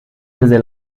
desde